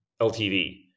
LTV